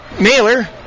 Mailer